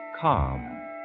calm